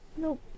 Nope